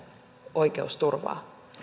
oikeusturvaa